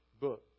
book